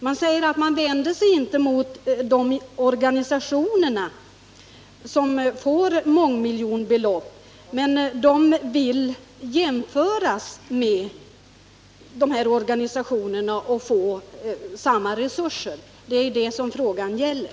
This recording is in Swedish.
Man säger att man inte vänder sig mot de organisationer som får mångmiljonbelopp, men man vill jämföras med dem och få samma resurser.